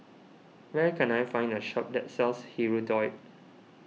where can I find a shop that sells Hirudoid